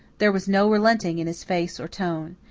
there was no relenting in his face or tone.